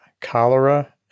cholera